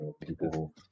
People